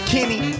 Kenny